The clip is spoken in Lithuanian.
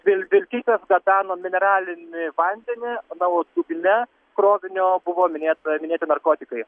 vil vilkikas gabeno mineralinį vandenį na o dugne krovinio buvo minėta minėti narkotikai